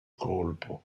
colpo